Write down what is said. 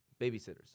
Babysitters